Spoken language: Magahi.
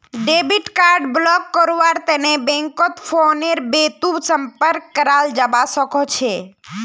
डेबिट कार्ड ब्लॉक करव्वार तने बैंकत फोनेर बितु संपर्क कराल जाबा सखछे